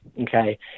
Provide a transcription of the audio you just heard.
Okay